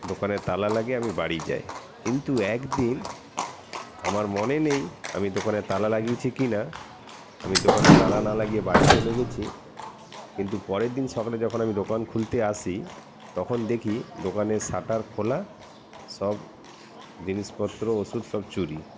দোকানে তালা লাগিয়ে আমি বাড়ি যাই কিন্তু একদিন আমার মনে নেই আমি দোকানে তালা লাগিয়েছি কিনা আমি দোকানে তালা না লাগিয়ে বাড়ি চলে গেছি কিন্তু পরের দিন সকালে যখন আমি দোকান খুলতে আসি তখন দেখি দোকানের সাটার খোলা সব জিনিসপত্র ওষুধ সব চুরি